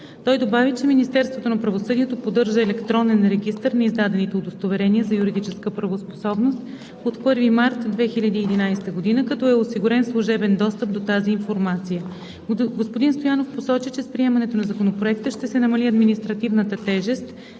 на правосъдието поддържа Електронен регистър на издадените удостоверения за юридическа правоспособност от 1 март 2011 г., като е осигурен служебен достъп до тази информация. Господин Стоянов посочи, че с приемането на Законопроекта ще се намали административната тежест